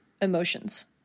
emotions